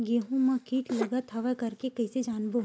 गेहूं म कीट लगत हवय करके कइसे जानबो?